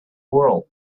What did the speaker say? world